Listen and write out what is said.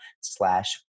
slash